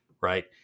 Right